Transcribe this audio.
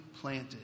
planted